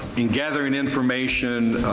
in gathering information,